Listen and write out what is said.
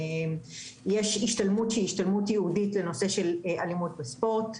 יש השתלמות שהיא השתלמות ייעודית לנושא של אלימות בספורט.